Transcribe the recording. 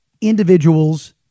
individuals